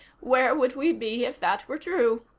where would we be if that were true?